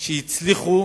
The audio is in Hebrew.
שהצליחו